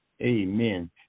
Amen